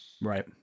Right